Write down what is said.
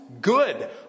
good